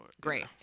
great